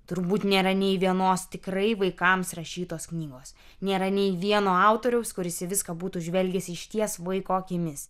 turbūt nėra nei vienos tikrai vaikams rašytos knygos nėra nei vieno autoriaus kuris į viską būtų žvelgęs išties vaiko akimis